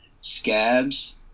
scabs